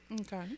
Okay